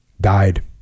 died